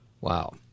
Wow